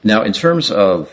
now in terms of